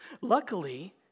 Luckily